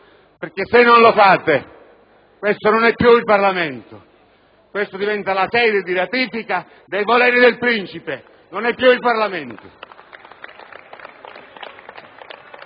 mano! Se non lo fate, questo non è più il Parlamento ma diventa la sede di ratifica dei voleri del principe e non è più il Parlamento!